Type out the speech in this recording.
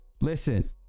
Listen